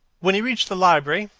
when he reached the library,